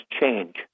change